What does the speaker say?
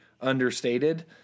understated